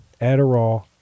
Adderall